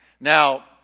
Now